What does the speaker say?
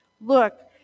Look